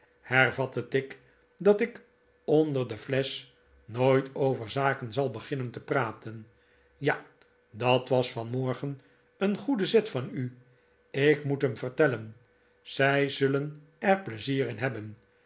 hervatte tigg dat ik onder de flesch nooit over zaken zal beginnen te praten ja dat was vanmorgen een goede zet van u ik moet hem vertellen zij zullen er pleizier in hebben